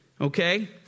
okay